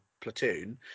platoon